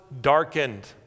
darkened